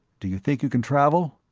do you think you can travel?